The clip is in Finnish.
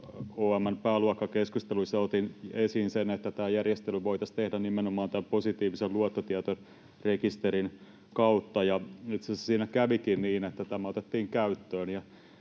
OM:n pääluokan keskusteluissa otin esiin sen, että tämä järjestely voitaisiin tehdä nimenomaan tämän positiivisen luottotietorekisterin kautta, ja itse asiassa siinä kävikin niin, että tämä otettiin käyttöön.